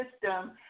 system